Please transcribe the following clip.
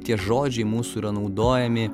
tie žodžiai mūsų yra naudojami